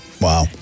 Wow